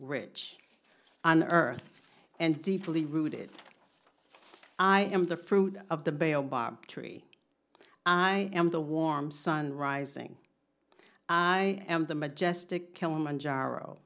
rich on earth and deeply rooted i am the fruit of the bell bob tree i am the warm sun rising i am the majestic kilimanjaro